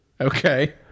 Okay